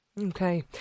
Okay